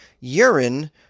urine